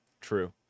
True